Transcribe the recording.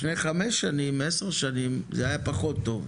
לפני חמש שנים, 10 שנים זה היה פחות טוב.